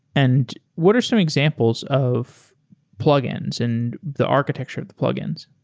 and what are some examples of plugins and the architecture of the plugins?